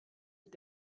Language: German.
mit